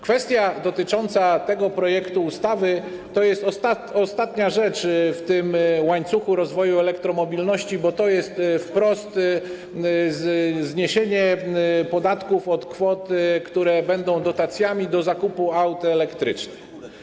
Kwestia tego projektu ustawy to jest ostatnia rzecz w tym łańcuchu rozwoju elektromobilności, bo to jest wprost zniesienie podatku od kwot, które będą dotacjami przy zakupie aut elektrycznych.